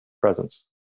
presence